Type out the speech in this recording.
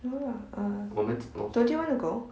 no lah uh don't you want to go